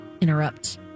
interrupt